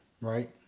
Right